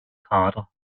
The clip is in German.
kader